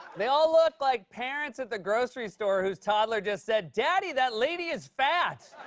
they all look like parents at the grocery store whose toddler just said, daddy, that lady is fat.